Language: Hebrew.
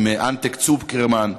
עם אנטק צוקרמן,